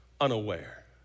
Unaware